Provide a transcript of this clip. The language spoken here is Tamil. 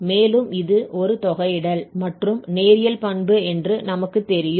மேலும் இது ஒரு தொகையிடல் மற்றும் நேரியல் பண்பு என்று நமக்குத் தெரியும்